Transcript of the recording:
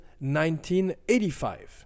1985